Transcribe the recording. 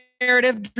narrative